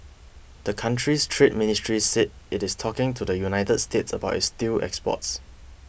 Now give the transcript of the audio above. the country's trade ministry said it is talking to the United States about its steel exports